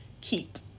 keep